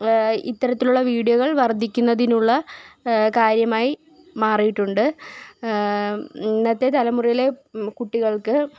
ഇത്തരത്തിലുള്ള വിഡിയോകൾ വർദ്ധിക്കുന്നതിനുള്ള കാര്യമായി മാറിയിട്ടുണ്ട് ഇന്നത്തെ തലമുറയിലെ കുട്ടികൾക്ക്